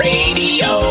Radio